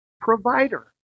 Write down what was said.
provider